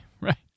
Right